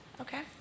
okay